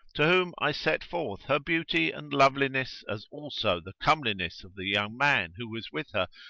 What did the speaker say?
to whom i set forth her beauty and loveliness as also the comeliness of the young man who was with her,